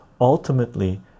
Ultimately